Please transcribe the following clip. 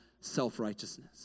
self-righteousness